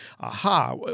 aha